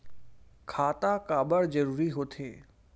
खाता काबर जरूरी हो थे?